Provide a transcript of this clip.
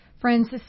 Friends